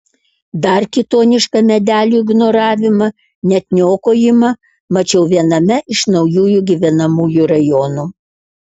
dar kitonišką medelių ignoravimą net niokojimą mačiau viename iš naujųjų gyvenamųjų rajonų